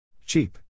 Cheap